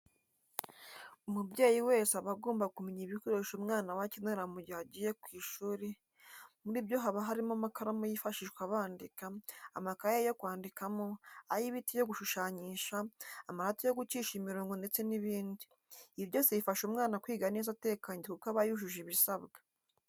Umubyeyi wese aba agomba kumenya ibikoresho umwana we akenera mu gihe agiye ku ishuri, muri byo haba harimo amakaramu yifashishwa bandika, amakayi yo kwandikamo, ay'ibiti yo gushushanyisha, amarati yo gucisha imirongo ndetse n'ibindi, ibi byose bifasha umwana kwiga neza atekanye kuko aba yujuje ibisabwa.